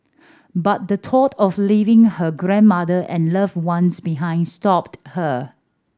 but the thought of leaving her grandmother and loved ones behind stopped her